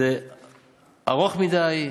זה ארוך מדי,